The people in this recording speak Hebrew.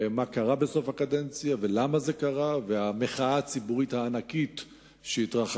מה קרה בסוף הקדנציה ולמה זה קרה ואת המחאה הציבורית הענקית שהתרחשה,